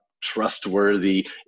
trustworthy